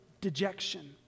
dejection